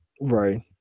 right